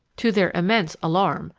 to their immense alarm,